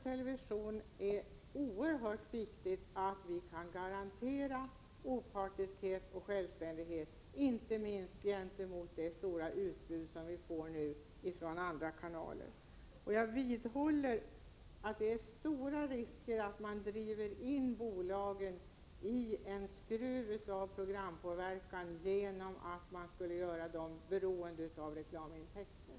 Det är oerhört viktigt att vi kan garantera Sveriges Radios opartiskhet och självständighet, inte minst mot bakgrund av det stora utbud av andra kanaler som vi nu får. Jag vidhåller att det är stor risk för att man utsätter bolagen för en ökad programpåverkan om man skulle göra dem beroende av reklamintäkter.